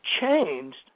Changed